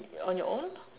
on your own